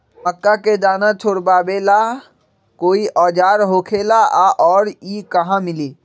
मक्का के दाना छोराबेला कोई औजार होखेला का और इ कहा मिली?